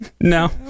no